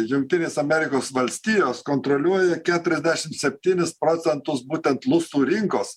jungtinės amerikos valstijos kontroliuoja keturiasdešim septynis procentus būtent lustų rinkos